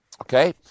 Okay